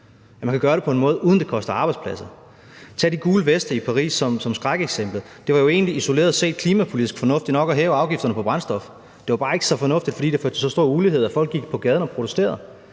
man kan gøre det på en måde, uden at det koster arbejdspladser. Tag de gule veste i Paris som skrækeksemplet. Det var jo egentlig isoleret set klimapolitisk fornuftigt nok at hæve afgifterne på brændstof. Det var bare ikke så fornuftigt, fordi det betød så stor ulighed, at folk gik på gaden og protesterede.